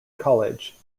college